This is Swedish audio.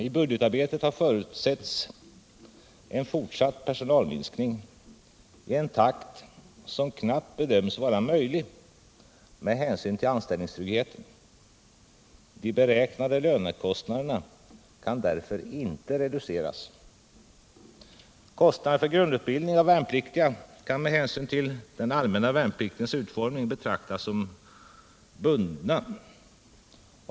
I budgetarbetet har förutsetts en fortsatt personalminskning i en takt som knappast bedöms vara möjlig med hänsyn till anställningstryggheten. De beräknade lönekostnaderna kan därför inte reduceras. Kostnaderna för grundutbildning av värnpliktiga kan med hänsyn till den allmänna värnpliktens utformning betraktas som bundna.